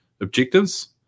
objectives